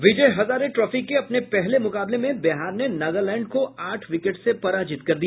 विजय Hazare trophy के अपने पहले मुकाबले में बिहार ने नागालैंड को आठ विकेट से पराजित कर दिया